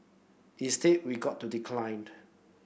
instead we got to decline